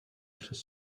přes